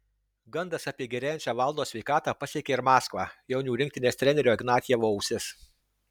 gandas apie gerėjančią valdo sveikatą pasiekė ir maskvą jaunių rinktinės trenerio ignatjevo ausis